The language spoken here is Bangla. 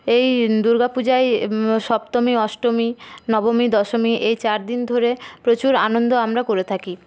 এই দুর্গা পূজায় সপ্তমী অষ্টমী নবমী দশমী এই চার দিন ধরে প্রচুর আনন্দ আমরা করে থাকি